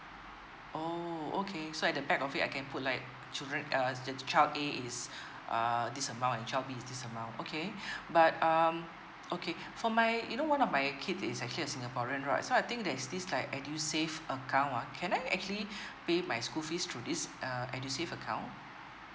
orh okay so at the back of it I can put like children uh the the child A is uh this amount and child B is this amount okay but um okay for my you know one of my kid is actually a singaporean right so I think there's this like edusave account ah can I actually pay my school fees to this uh edusave account